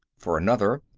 for another,